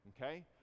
okay